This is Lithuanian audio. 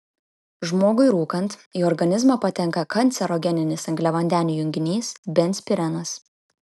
žmogui rūkant į organizmą patenka kancerogeninis angliavandenių junginys benzpirenas